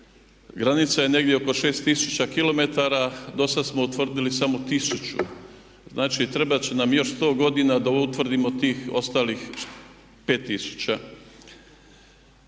granica je negdje oko 6 tisuća kilometara, do sada smo utvrdili samo tisuću. Znači trebat će nam još 100 godina da utvrdimo tih ostalih 5 tisuća.